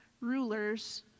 rulers